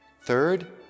Third